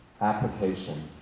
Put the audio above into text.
application